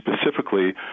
specifically—